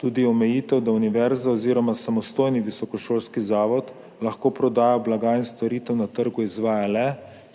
tudi omejitev, da univerza oziroma samostojni visokošolski zavod lahko prodajo blaga in storitev na trgu izvaja le,